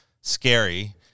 scary